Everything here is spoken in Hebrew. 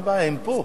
הם פה.